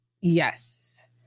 Yes